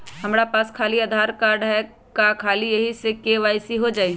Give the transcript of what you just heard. हमरा पास खाली आधार कार्ड है, का ख़ाली यही से के.वाई.सी हो जाइ?